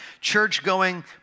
Church-going